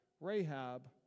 Rahab